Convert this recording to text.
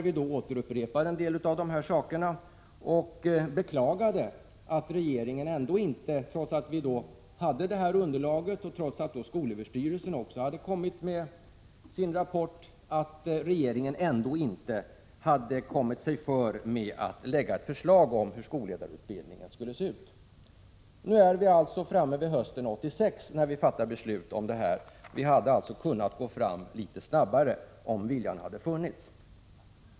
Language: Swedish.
I den upprepade vi en del av det vi sagt tidigare och beklagade att regeringen, trots att vi kunde redovisa detta underlag och trots att skolöverstyrelsen hade kommit med sin rapport, ändå inte hade kommit sig för med att framlägga ett förslag om hur skolledarutbildningen skulle utformas. Inte förrän denna höst kan riksdagen fatta beslut i denna fråga; man hade alltså kunnat gå fram litet snabbare om viljan hade funnits.